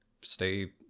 stay